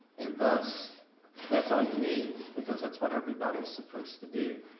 and thus that's all you need, because that's what everybody's supposed to do.